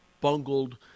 bungled